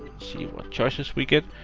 see what choices we get.